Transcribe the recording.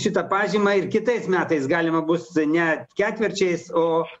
šitą pažymą ir kitais metais galima bus ne ketvirčiais o